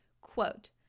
Quote